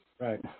Right